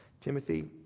Timothy